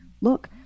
look